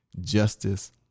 justice